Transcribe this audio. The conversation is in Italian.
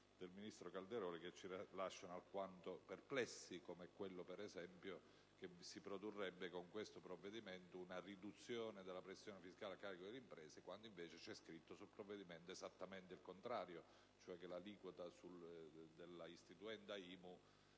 del ministro Calderoli che ci lasciano alquanto perplessi, come quella secondo cui si produrrebbe con questo provvedimento una riduzione della pressione fiscale a carico delle imprese, quando invece nel provvedimento c'è scritto esattamente il contrario, cioè che l'aliquota della istituenda IMU